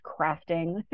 crafting